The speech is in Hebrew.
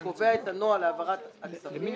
הוא קובע את הנוהל להעברת הכספים,